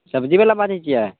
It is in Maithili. सब्जी बाला बाजै छियै